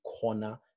corner